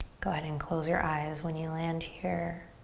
go ahead and close your eyes when you land here.